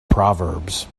proverbs